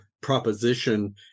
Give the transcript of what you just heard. proposition